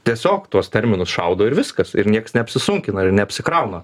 tiesiog tuos terminus šaudo ir viskas ir nieks neapsisunkina ir neapsikrauna